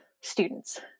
students